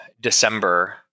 December